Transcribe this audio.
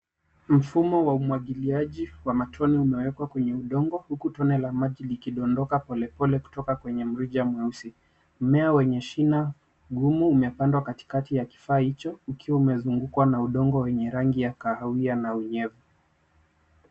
Mfumo wa umwagiliaji wa matone umewekwa kwenye udongo huku tone la maji likidondoka polepole kutoka kwenye mrija mweusi. Mmea wenye shina ngumu umepandwa katikati ya kifaa hicho ukiwa umezungukwa na udongo wenye rangi ya kahawia na unyevu.